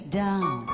down